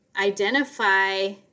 identify